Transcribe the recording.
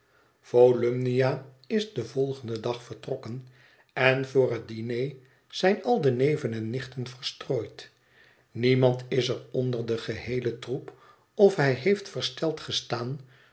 volumnia is den volgenden dag vertrokken en voor het diner zijn al de neven en nichten verstrooid niemand is er onder den geheelen troep of hij heeft versteld gestaan